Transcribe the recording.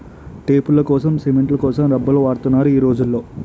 టేపులకోసం, సిమెంట్ల కోసం రబ్బర్లు వాడుతున్నారు ఈ రోజుల్లో